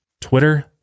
Twitter